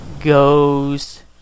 goes